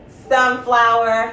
sunflower